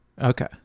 Okay